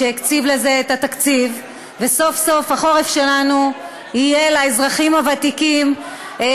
שהקציב לזה את התקציב וסוף-סוף החורף שלנו לאזרחים הוותיקים יהיה,